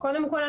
קודם כול,